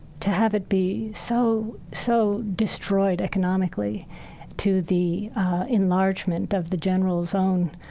to have it be so so destroyed economically to the enlargement of the general zone,